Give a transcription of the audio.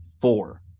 four